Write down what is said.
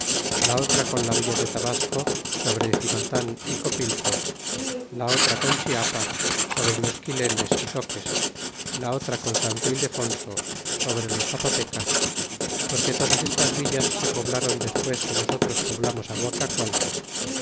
la otra con la villa de tabasco sobre cimatan y copilco la otra con chiapa sobre los quilenes y zoques la otra con santo ildefonso sobre los zapotecas porque todas estas villas se poblaron despues que nosotros poblamos